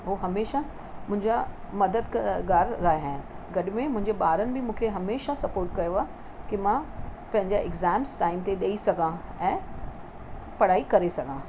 उहे हमेशह मुंहिंजा मददगार रहिया आहिनि गॾ में मुंहिंजे ॿारनि बि मूंखे हमेशह सपोट कयो आहे के मां पंहिंजा एक्ज़ाम्स टाइम ते ॾेई सघां ऐं पढ़ाई करे सघां